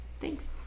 Thanks